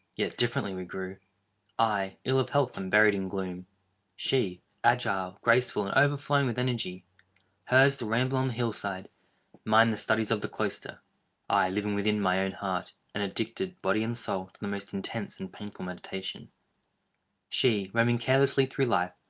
yet differently we grew i, ill of health, and buried in gloom she, agile, graceful, and overflowing with energy hers, the ramble on hill-side mine the studies of the cloister i, living within my own heart, and addicted, body and soul, to the most intense and painful meditation she, roaming carelessly through life,